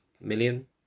million